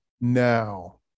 now